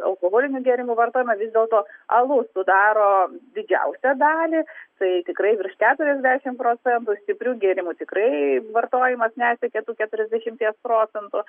alkoholinių gėrimų vartojime vis dėlto alus sudaro didžiausią dalį tai tikrai virš keturiasdešim procentų stiprių gėrimų tikrai vartojimas nesiekia tų keturiasdešimies procentų